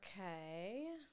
Okay